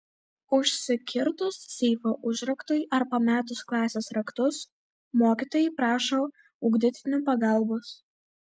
užsikirtus seifo užraktui ar pametus klasės raktus mokytojai prašo ugdytinių pagalbos